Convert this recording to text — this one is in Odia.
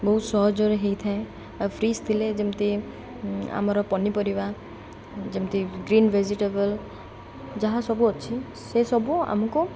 ବହୁତ ସହଜରେ ହେଇଥାଏ ଆଉ ଫ୍ରିଜ୍ ଥିଲେ ଯେମିତି ଆମର ପନିପରିବା ଯେମିତି ଗ୍ରୀନ୍ ଭେଜିଟେବଲ୍ ଯାହା ସବୁ ଅଛି ସେ ସବୁ ଆମକୁ